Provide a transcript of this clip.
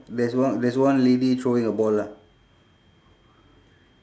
there's one there's one lady throwing a ball lah